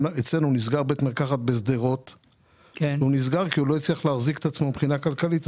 נסגר בית מרקחת שלנו כי הוא לא הצליח להחזיק את עצמו מבחינה כלכלית.